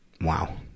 Wow